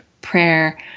prayer